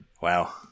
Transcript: Wow